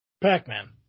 Pac-Man